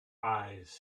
eyes